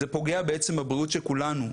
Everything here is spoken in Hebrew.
זה פוגע בעצם בבריאות של כולנו.